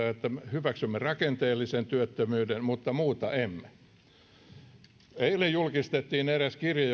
hyväksymme rakenteellisen työttömyyden mutta muuta emme eilen julkistettiin eräs kirje